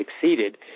succeeded